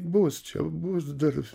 bus čia bus dar